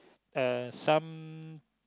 uh some